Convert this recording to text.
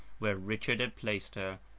where richard had placed her,